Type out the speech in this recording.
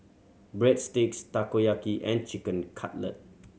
Breadsticks Takoyaki and Chicken Cutlet